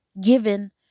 given